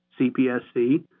CPSC